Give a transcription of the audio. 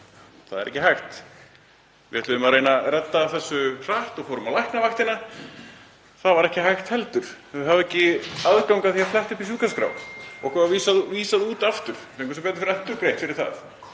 það er ekki hægt. Við ætluðum að reyna að redda þessu hratt og fórum á Læknavaktina. Það var ekki hægt heldur. Þau hafa ekki þann aðgang að fletta upp í sjúkraskrá. Okkur var vísað út aftur, fengum sem betur fer endurgreitt. Það